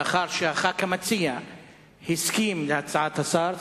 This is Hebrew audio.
לאחר שחבר הכנסת המציע הסכים להצעת השר,